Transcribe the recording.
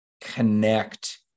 connect